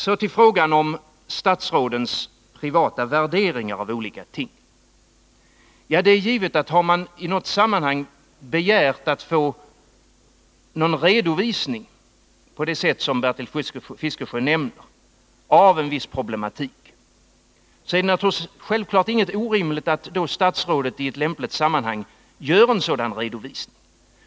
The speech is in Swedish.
Så till frågan om statsrådens privata värderingar av olika ting. Har man i något sammanhang begärt att få en redovisning av en viss problematik, på det sätt som Bertil Fiskesjö nämnde, är det naturligtvis inte orimligt att statsrådet i ett lämpligt sammanhang gör en sådan redovisning.